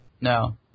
No